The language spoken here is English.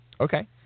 Okay